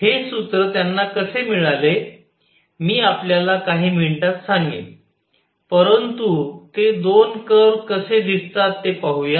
हे सूत्र त्यांना कसे मिळाले मी आपल्याला काही मिनिटांत सांगेन परंतु ते दोन कर्व कसे दिसतात ते पाहूया